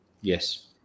yes